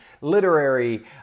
literary